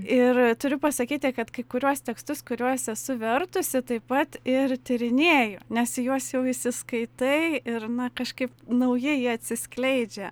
ir turiu pasakyti kad kai kuriuos tekstus kuriuos esu vertusi taip pat ir tyrinėju nes į juos jau įsiskaitai ir na kažkaip naujai jie atsiskleidžia